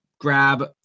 Grab